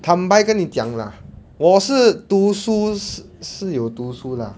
坦白跟你讲 lah 我是读书 s~ 是有读书 lah